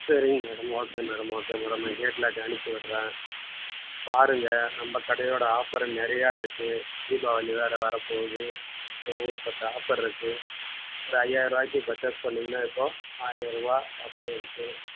சரிங்க madam okay madam okay madam நான் catalogue அனுப்பிச்சி விடுறேன் பாருங்க நம்ம கடையோட ஆஃபரு நிறையா இருக்குது தீபாவளி வேறு வரப் போகுது ஸோ ஊருப்பட்ட ஆஃபர் இருக்குது ஒரு ஐயாயிரம் ருபாய்க்கி பர்ச்சேஸ் பண்ணீகன்னால் இப்போது ஆயிரம் ருபா ஆஃபர் இருக்குது